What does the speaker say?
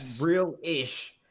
real-ish